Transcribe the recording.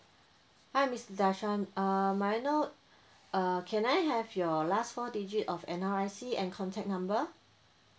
hi mister darshan uh may I know err can I have your last four digit of N_R_I_C and contact number